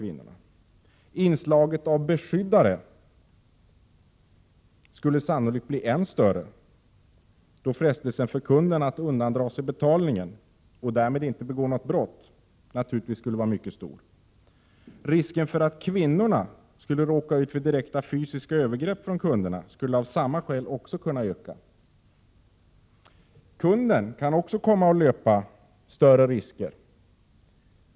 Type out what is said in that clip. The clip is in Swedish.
Inslaget av ”beskyddare” skulle sannolikt bli än större, då frestelsen för kunden att undandra sig betalningen — och därmed inte begå något brott — naturligtvis skulle vara mycket stor. Risken för kvinnorna att råka ut för direkta fysiska övergrepp från kunderna skulle av samma skäl också kunna öka. Kunden kan också komma att löpa större risker.